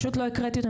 פשוט לא הקראתי אותם,